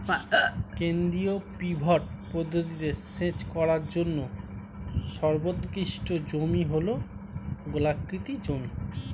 কেন্দ্রীয় পিভট পদ্ধতিতে সেচ করার জন্য সর্বোৎকৃষ্ট জমি হল গোলাকৃতি জমি